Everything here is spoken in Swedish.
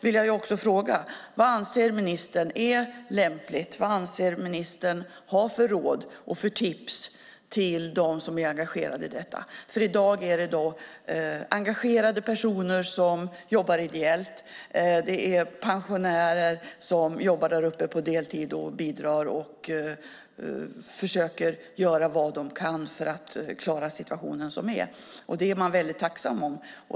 Jag undrar vad ministern anser är lämpligt. Vilka råd och tips har ministern till dem som är engagerade i detta? I dag är det engagerade personer som jobbar ideellt. Det är pensionärer som jobbar på deltid, bidrar och försöker göra vad de kan för att klara den situation som råder. Det är man mycket tacksam för.